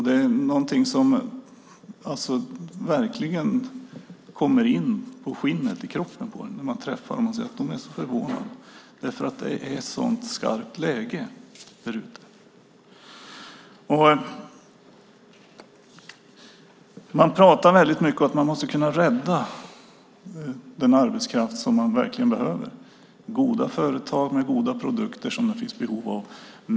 Det är något som verkligen kommer inpå skinnet när man träffar dem. De säger att de är förvånade, för det är ett sådant skarpt läge därute. Man pratar väldigt mycket om att man måste kunna rädda den arbetskraft som man verkligen behöver, goda företag med goda produkter som det finns behov av.